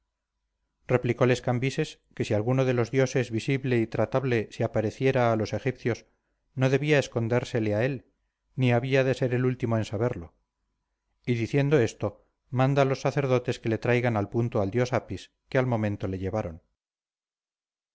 dios replicóles cambises que si alguno de los dioses visible y tratable se apareciera a los egipcios no debía escondérsele a él ni había de ser el último en saberlo y diciendo esto manda a los sacerdotes que le traigan al punto al dios apis que al momento le llevaron